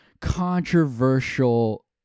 controversial